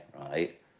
right